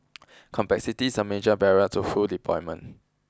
complexity is a major barrier to full deployment